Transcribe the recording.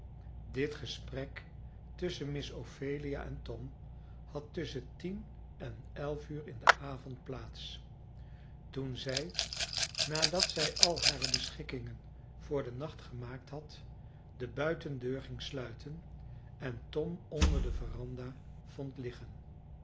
dit gesprek tusschen miss ophelia en tom had tusschen tien en elf uur in den avond plaats toen zij nadat zij al hare beschikkingen voor den nacht gemaakt had de buitendeur ging sluiten en tom onder de veranda vond liggen